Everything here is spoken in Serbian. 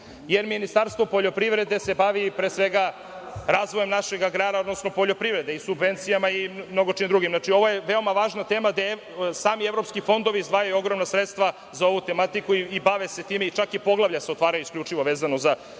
jer Ministarstvo poljoprivrede se bavi razvojem našeg agrara, pre svega, odnosno poljoprivrede i subvencijama i mnogo čime drugim. Znači, ovo je veoma važna tema, gde sami evropski fondovi izdvajaju ogromna sredstva za ovu tematiku i bave se time, čak se i poglavlja otvaraju isključivo vezana za